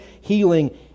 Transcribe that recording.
healing